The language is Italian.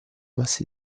masse